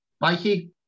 Mikey